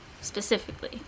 specifically